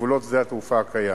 בגבולות שדה התעופה הקיים.